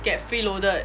get free loaded